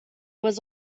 was